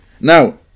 now